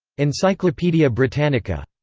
encyclopaedia britannica.